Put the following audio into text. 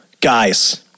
guys